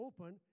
open